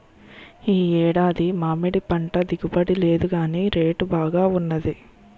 ఈ ఏడాది మామిడిపంట దిగుబడి లేదుగాని రేటు బాగా వున్నది